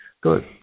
Good